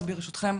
אז ברשותכם,